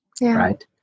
right